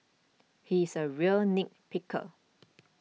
he is a real nit picker